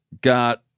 got